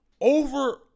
Over